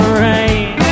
rain